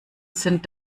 sind